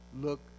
look